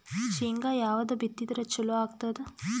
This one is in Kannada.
ಶೇಂಗಾ ಯಾವದ್ ಬಿತ್ತಿದರ ಚಲೋ ಆಗತದ?